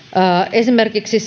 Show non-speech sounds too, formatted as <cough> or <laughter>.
esimerkiksi <unintelligible>